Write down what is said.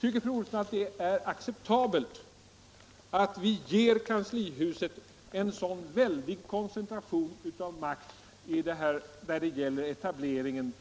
Tycker fru Olsson att det är acceptabelt att vi ger kanslihuset en sådan väldig koncentration av makt när det gäller etableringen